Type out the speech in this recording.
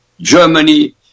Germany